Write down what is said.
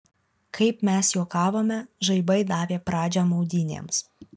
kaip mes juokavome žaibai davė pradžią maudynėms